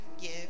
give